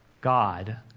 god